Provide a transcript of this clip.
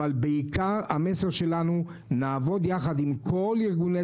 אבל בעיקר המסר שלנו נעבוד יחד עם כל ארגוני